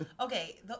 Okay